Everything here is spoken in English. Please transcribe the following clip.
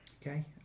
Okay